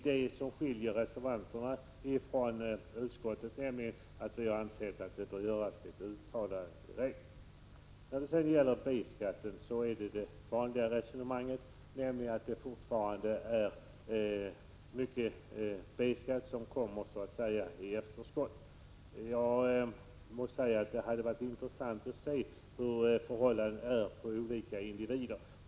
Det som skiljer reservanterna från utskottet är att vi anser att riksdagen nu bör ge regeringen detta till känna. Mycken B-skatt kommer fortfarande in i efterskott. Det hade varit intressant att se hur förhållandet är för olika individer.